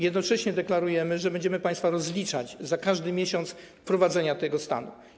Jednocześnie deklarujemy, że będziemy państwa rozliczać z każdego miesiąca obowiązywania tego stanu.